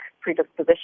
predisposition